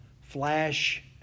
flash